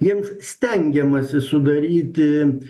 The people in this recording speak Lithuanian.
jiems stengiamasi sudaryti